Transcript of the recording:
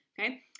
Okay